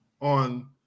on